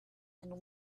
and